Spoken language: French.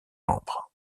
membres